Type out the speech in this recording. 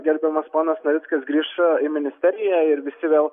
gerbiamas ponas navickas grįš į ministeriją ir visi vėl